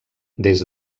des